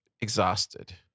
Exhausted